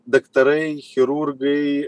daktarai chirurgai